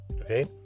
Okay